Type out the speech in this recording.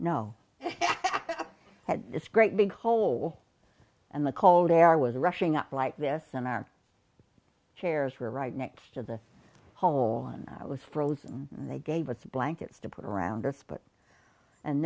i had this great big hole and the cold air was rushing up like this and our chairs were right next to the hall and it was frozen they gave us blankets to put around us but and